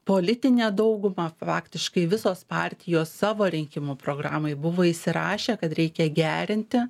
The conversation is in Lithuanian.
politinę daugumą faktiškai visos partijos savo rinkimų programoj buvo įsirašę kad reikia gerinti